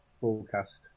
forecast